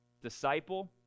disciple